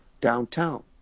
Downtown